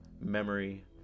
memory